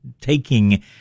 taking